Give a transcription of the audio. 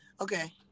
Okay